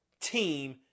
team